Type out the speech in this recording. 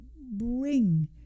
bring